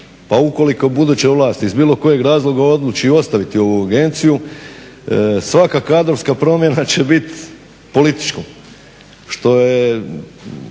a ukoliko buduća vlast iz bilo kojeg razloga odlučiti ostaviti ovu agenciju svaka kadrovska promjena će biti političko